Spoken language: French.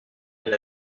elle